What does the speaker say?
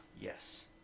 Yes